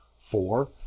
Four